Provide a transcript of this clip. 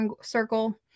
circle